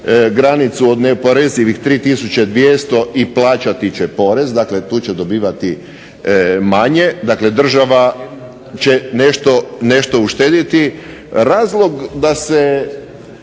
od neoporezivih 3 tisuće 200 i plaćati će porez, dakle tu će dobivati manje. Dakle, država će nešto uštediti. Razlog da se